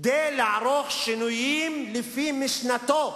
כדי לערוך שינויים לפי משנתו,